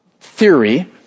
theory